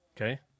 okay